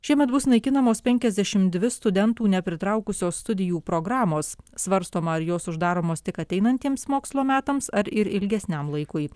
šiemet bus naikinamos penkiasdešimt dvi studentų nepritraukusios studijų programos svarstoma ar jos uždaromos tik ateinantiems mokslo metams ar ir ilgesniam laikui